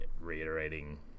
reiterating